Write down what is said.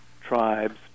tribes